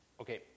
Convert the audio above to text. Okay